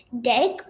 deck